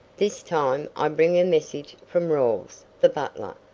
this time i bring a message from rawles, the butler,